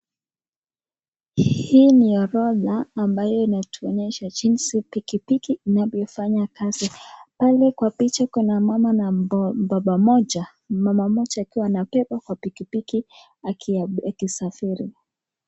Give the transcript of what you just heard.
Hii ni orodha ambayo inatuonyesha jinsi pikipiki inavyofanya kazi, pale kwa picha kuna baba na mama mmoja, mama mmoja akiwa anabebwa kwa pikipiki akisafiri.